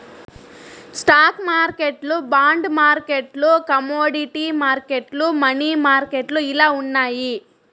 stock మార్కెట్లు bond మార్కెట్లు commodity మార్కెట్లు, మనీ మార్కెట్లు ఇలా ఉన్నాయి